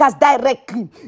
directly